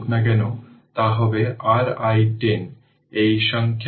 সুতরাং এটি হবে i tI0 RL t